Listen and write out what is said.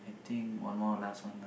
think one more last one lah